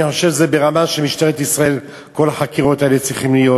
אני חושב שכל החקירות האלה צריכות להיות